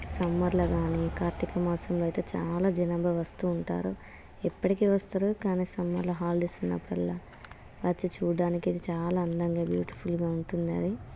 సమ్మర్లో కానీ కార్తీక మాసంలో అయితే చాలా జనాభా వస్తూ ఉంటారు ఎప్పటికీ వస్తారు ఖాళీ సమయంలో హాలిడేస్ ఉన్నప్పుడల్లా వచ్చి చూడడానికి ఇది చాలా అందంగా బ్యూటీఫుల్గా ఉంటుందది